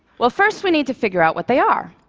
well, first we need to figure out what they are.